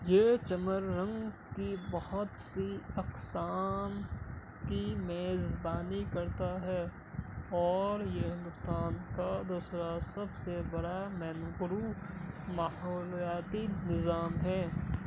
یہ چمر رنگس کی بہت سی اقسام کی میزبانی کرتا ہے اور یہ ہندوستان کا دوسرا سب سے بڑا مینوگڑو ماحولیاتی نظام ہے